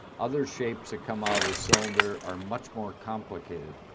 other shapes that come out of the cylinder are much more complicated.